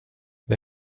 det